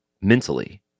mentally